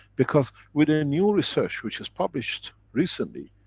because with the new research, which was published recently,